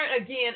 again